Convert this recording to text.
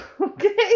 Okay